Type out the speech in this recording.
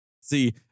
See